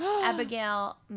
Abigail